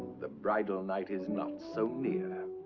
the bridal night is not so near.